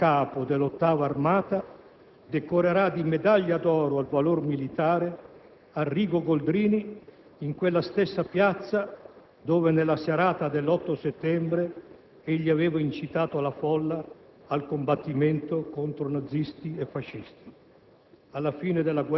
comandante in capo dell'VIII Armata, decorerà di medaglia d'oro al valor militare Arrigo Boldrini in quella stessa Piazza Garibaldi dove, nella serata dell'8 settembre, egli aveva incitato la folla al combattimento contro nazisti e fascisti.